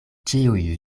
ĉiuj